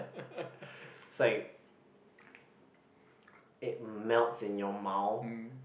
it's like it melts in your mouth